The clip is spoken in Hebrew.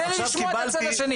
אבל תן לי לשמוע את הצד השני.